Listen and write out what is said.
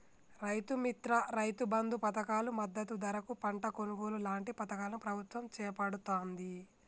రైతు మిత్ర, రైతు బంధు పధకాలు, మద్దతు ధరకు పంట కొనుగోలు లాంటి పధకాలను ప్రభుత్వం చేపడుతాంది